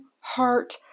heart